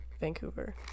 Vancouver